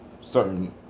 certain